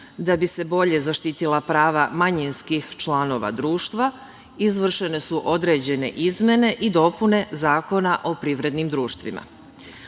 da bi se bolje zaštitila prava manjinskih članova društva, izvršene su određene izmene i dopune Zakona o privrednim društvima.